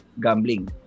gambling